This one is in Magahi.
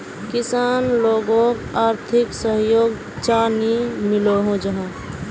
किसान लोगोक आर्थिक सहयोग चाँ नी मिलोहो जाहा?